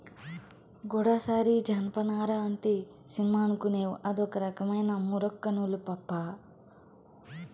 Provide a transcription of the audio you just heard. గూడసారి జనపనార అంటే సినిమా అనుకునేవ్ అదొక రకమైన మూరొక్క నూలు పాపా